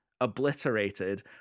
obliterated